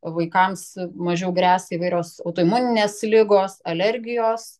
vaikams mažiau gresia įvairios autoimuninės ligos alergijos